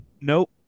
Nope